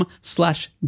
slash